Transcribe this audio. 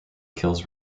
kills